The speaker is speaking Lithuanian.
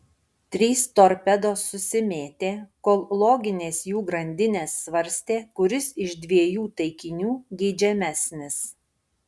trys torpedos susimėtė kol loginės jų grandinės svarstė kuris iš dviejų taikinių geidžiamesnis